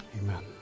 Amen